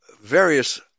various